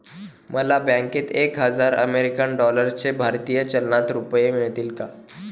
मला बँकेत एक हजार अमेरीकन डॉलर्सचे भारतीय चलनात रुपये मिळतील का?